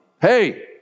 Hey